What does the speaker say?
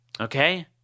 Okay